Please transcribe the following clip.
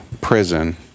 prison